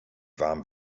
warm